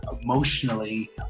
emotionally